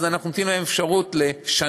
אז אנחנו נותנים להם אפשרות לשנה,